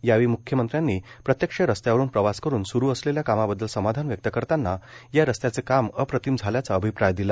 यावेळी म्ख्यमंत्र्यांनी प्रत्यक्ष रस्त्यावरुन प्रवास करुन स्रु असलेल्या कामाबद्दल समाधान व्यक्त करताना या रस्त्याचे काम अप्रतिम झाल्याचा अभिप्राय दिला